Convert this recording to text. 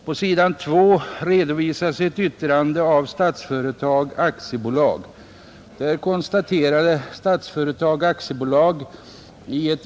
På s. 2 redovisas ett yttrande den 13 februari 1970 av Statsföretag AB.